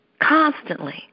constantly